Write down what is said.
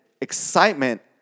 excitement